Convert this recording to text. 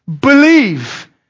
Believe